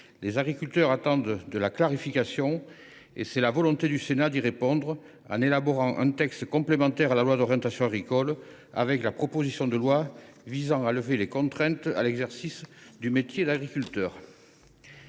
Les agriculteurs attendent de la clarification, et c’est la volonté du Sénat d’y répondre, en élaborant un texte complémentaire à la loi d’orientation agricole, à savoir la proposition de loi visant à lever les contraintes à l’exercice du métier d’agriculteur.